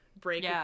break